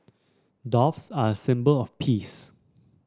doves are a symbol of peace